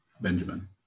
Benjamin